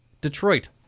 Detroit